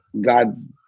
god